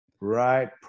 Right